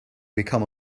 become